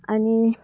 आनी